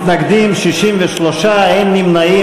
מתנגדים, 63, אין נמנעים.